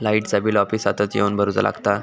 लाईटाचा बिल ऑफिसातच येवन भरुचा लागता?